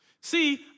See